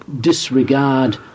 disregard